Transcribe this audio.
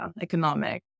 economic